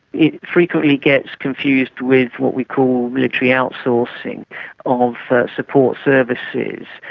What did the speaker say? it frequently gets confused with what we call military outsourcing of support services,